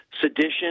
sedition